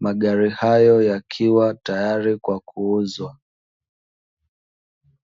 Magari hayo yakiwa tayari kwa kuuzwa.